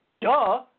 duh